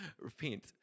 Repent